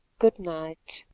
good-night,